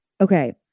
okay